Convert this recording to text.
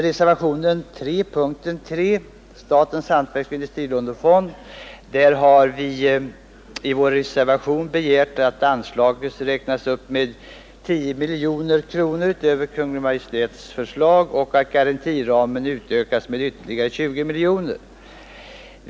I reservationen 3 vid punkten 3, Statens hantverksoch industrilånefond, har vi begärt att anslaget skall räknas upp med 10 miljoner kronor utöver Kungl. Maj:ts förslag samt att garantiramen utökas med ytterligare 20 miljoner.